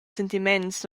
sentiments